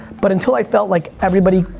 but until i felt like everybody.